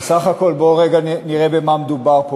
בסך הכול בואו רגע נראה במה מדובר פה.